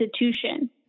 institution